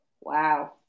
wow